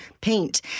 paint